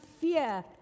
fear